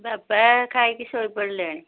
ବାପା ଖାଇକି ଶୋଇପଡ଼ିଲେଣି